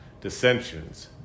dissensions